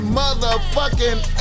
motherfucking